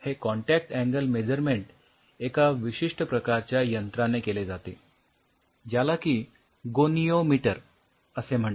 हे contact angle measurement एका विशिष्ठ प्रकारच्या यंत्राने केले जाते ज्याला की गोनिओमीटर असे म्हणतात